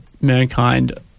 mankind